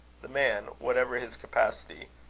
the man, whatever his capacity,